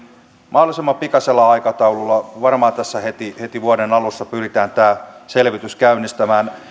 mahdollisimman pikaisella aikataululla varmaan tässä heti heti vuoden alussa pyritään tämä selvitys käynnistämään